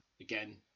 again